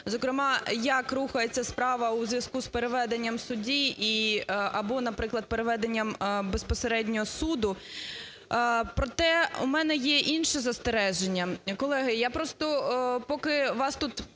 зокрема, як рухається справа у зв'язку з переведенням судді або, наприклад, переведенням безпосередньо суду. Проте у мене є інше застереження. Колеги, я просто, поки вас тут